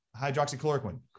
hydroxychloroquine